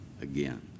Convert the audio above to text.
again